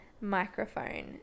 microphone